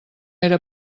era